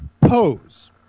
pose